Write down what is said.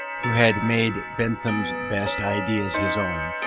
who had made bentham's best ideas his own,